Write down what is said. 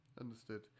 Understood